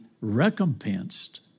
recompensed